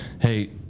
Hey